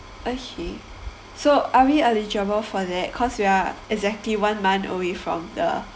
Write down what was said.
uh so are we eligible for that cause we are exactly one month away from the